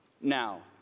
now